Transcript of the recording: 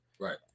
Right